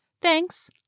Thanks